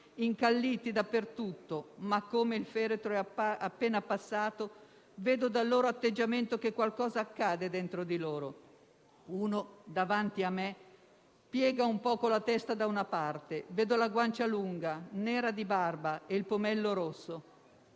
«Incalliti dappertutto. Ma come il feretro è appena passato (...) vedo dal loro atteggiamento che qualcosa accade dentro di loro. Uno, davanti a me, piega un po' la testa da una parte: vedo la guancia lunga, nera di barba e il pomello rosso.